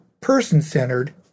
person-centered